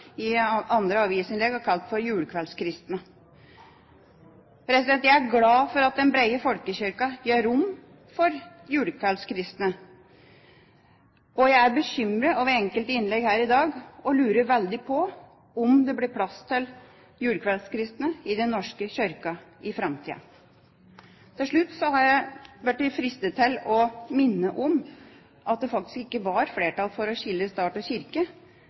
i avisinnlegg har kalt «julekveldskristne». Jeg er glad for at den brede folkekirka gir rom for julekveldskristne. Jeg er bekymret over enkelte innlegg her i dag og lurer veldig på om det blir plass til julekveldskristne i Den norske kirke i framtida. Til slutt har jeg vært litt fristet til å minne om at det faktisk ikke var flertall for å skille stat og kirke